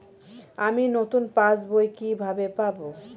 আমি নতুন পাস বই কিভাবে পাব?